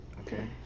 Okay